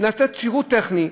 לתת שירות טכני,